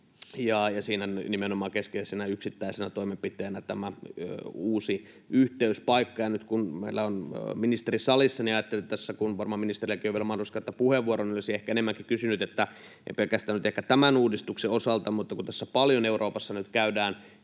ja siinä on nimenomaan keskeisenä yksittäisenä toimenpiteenä tämä uusi yhteyspaikka. Nyt kun meillä on ministeri salissa, niin ajattelin tässä, kun varmaan ministerilläkin on vielä mahdollisuus käyttää puheenvuoro, että olisin ehkä kysynyt enemmänkin — ei pelkästään nyt ehkä tämän uudistuksen osalta — siitä, kun Euroopassa nyt käydään